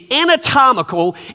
anatomical